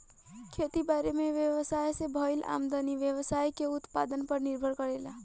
खेती बारी में व्यवसाय से भईल आमदनी व्यवसाय के उत्पादन पर निर्भर करेला